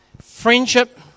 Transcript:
friendship